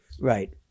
Right